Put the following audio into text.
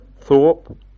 Thorpe